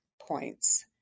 points